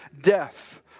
death